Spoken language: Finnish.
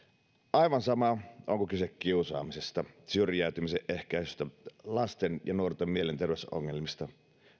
aivan sama onko kyse kiusaamisesta syrjäytymisen ehkäisystä lasten ja nuorten mielenterveysongelmista